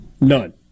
None